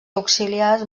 auxiliars